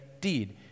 deed